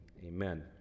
Amen